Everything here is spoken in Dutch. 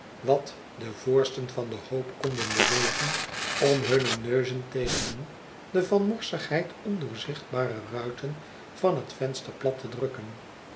wat de voorsten van den hoop kon bewegen om hunne neuzen tegen de van morsigheid ondoorzichtbare ruiten van het venster plat te drukken